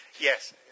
Yes